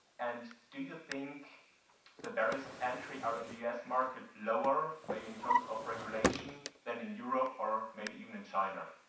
and do you think the barriers of entry are in the u s. market lower, maybe in terms of regulation, than in europe or maybe even in china?